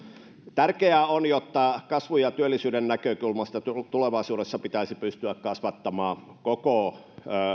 tärkeää on että kasvun ja työllisyyden näkökulmasta tulevaisuudessa pitäisi pystyä kasvattamaan koko